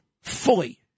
fully